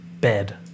Bed